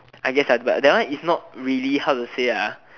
I guess ah but that one is not really how to say ah